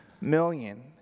million